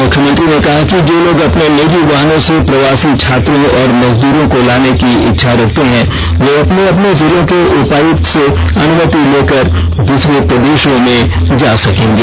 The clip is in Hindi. मुख्यमंत्री ने कहा कि जो लोग अपने निजी वाहनों से प्रवासी छात्रों और मजदूरों को लाने की इच्छा रखते हैं वे अपने अपने जिलों के उपायुक्त से अनुमति लेकर दूसरे प्रदेषों में जा सकेंगे